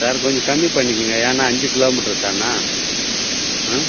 sir கொஞ்சம் கம்மி பண்ணிக்கிங்க ஏன்னா அஞ்சு கிலோ மீட்டர் தானா மம்